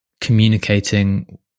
communicating